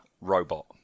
robot